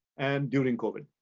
and during covid.